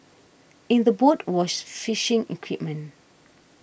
in the boat was fishing equipment